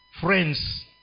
friends